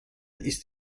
ist